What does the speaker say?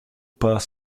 pas